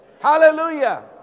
Hallelujah